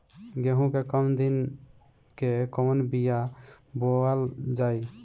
गेहूं के कम दिन के कवन बीआ बोअल जाई?